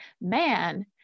man